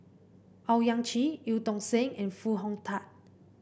Owyang Chi Eu Tong Sen and Foo Hong Tatt